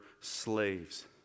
slaves